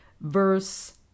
Verse